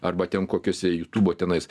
arba ten kokiose jutūbo tenais